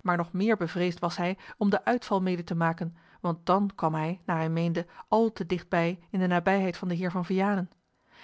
maar nog meer bevreesd was hij om den uitval mede te maken want dan kwam hij naar hij meende al te dicht in de nabijheid van den heer van vianen